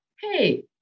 hey